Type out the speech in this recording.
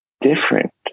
different